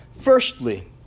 Firstly